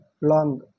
long